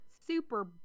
super